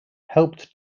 helped